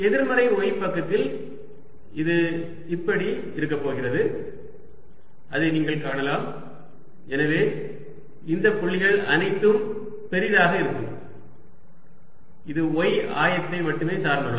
எதிர்மறை y பக்கத்தில் இது இப்படி இருக்கப் போகிறது அதை நீங்கள் காணலாம் எனவே இந்த புள்ளிகள் அனைத்தும் பெரிதாக இருக்கும் இது y ஆயத்தை மட்டுமே சார்ந்துள்ளது